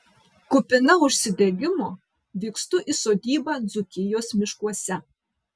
kupina užsidegimo vykstu į sodybą dzūkijos miškuose